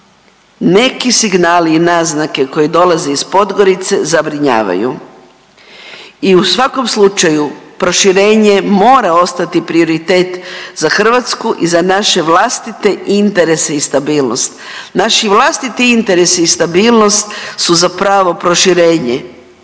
neki signali i naznake koje dolaze iz Podgorice zabrinjavaju i u svakom slučaju proširenje mora ostati prioritet za Hrvatsku i za naše vlastite interese i stabilnost. Naši vlastiti interesi i stabilnost su zapravo proširenje